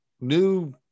new